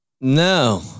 No